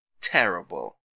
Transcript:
terrible